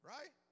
Right